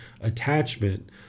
attachment